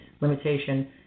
limitation